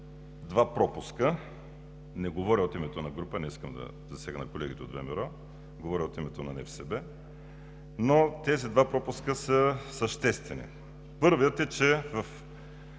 два пропуска. Не говоря от името на група, не искам да засегна колегите от ВМРО – говоря от името на НФСБ. Тези два пропуска са съществени. Първият е, че